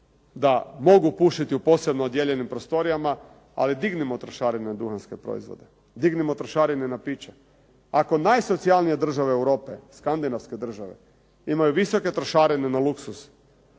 da mogu pušiti u posebno odijeljenim prostorijama ali dignimo trošarine na duhanske proizvode, dignimo trošarine na piće. Ako najsocijalnije države Europe, skandinavske države imaju visoke trošarine na luksuz,